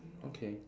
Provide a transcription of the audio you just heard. okay